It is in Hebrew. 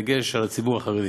בדגש על הציבור החרדי.